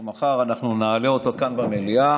שבשבוע הבא אנחנו נעלה אותה כאן במליאה,